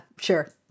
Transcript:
sure